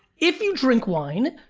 if you drink wine,